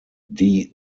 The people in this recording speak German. die